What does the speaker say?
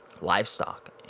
livestock